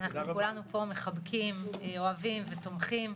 אנחנו כולנו פה מחבקים אוהבים ותומכים,